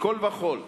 מכול וכול,